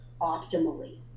optimally